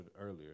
earlier